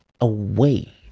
away